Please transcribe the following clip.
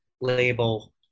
label